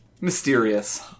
mysterious